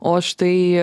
o štai